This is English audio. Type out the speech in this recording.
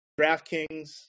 DraftKings